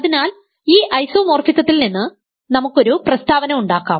അതിനാൽ ഈ ഐസോ മോർഫിഫിസത്തിൽനിന്ന് നമുക്കൊരു പ്രസ്താവന ഉണ്ടാക്കാം